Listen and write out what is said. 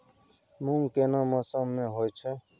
मूंग केना मौसम में होय छै?